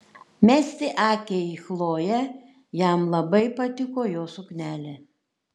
mesti akį į chlojė jam labai patiko jos suknelė